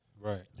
Right